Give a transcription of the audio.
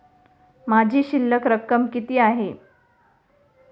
माझी शिल्लक रक्कम किती आहे?